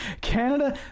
Canada